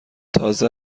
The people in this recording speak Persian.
تازه